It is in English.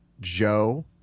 Joe